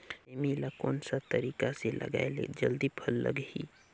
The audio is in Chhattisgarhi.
सेमी ला कोन सा तरीका से लगाय ले जल्दी फल लगही?